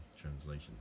translation